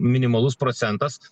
minimalus procentas